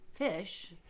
fish